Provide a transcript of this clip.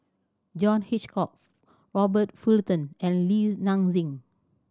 John Hitchcock Robert Fullerton and Li Nanxing